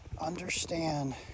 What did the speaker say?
Understand